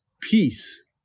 peace